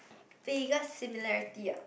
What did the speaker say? biggest similarities ya